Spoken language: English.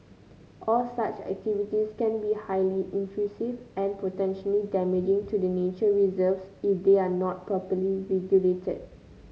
all such activities can be highly intrusive and potentially damaging to the nature reserves if they are not properly regulated